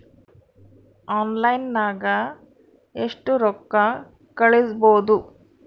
ಆನ್ಲೈನ್ನಾಗ ಎಷ್ಟು ರೊಕ್ಕ ಕಳಿಸ್ಬೋದು